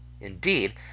Indeed